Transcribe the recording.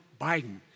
Biden